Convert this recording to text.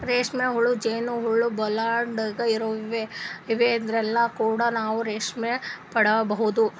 ರೇಶ್ಮಿ ಹುಳ, ಜೇನ್ ಹುಳ, ಬುಲ್ಡಾಗ್ ಇರುವಿ ಇವದ್ರಿನ್ದ್ ಕೂಡ ನಾವ್ ರೇಶ್ಮಿ ಪಡ್ಕೊಬಹುದ್